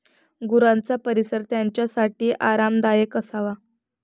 गुरांचा परिसर त्यांच्यासाठी आरामदायक असावा